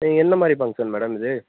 இது எந்தமாதிரி function madam இது